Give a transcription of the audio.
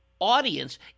audience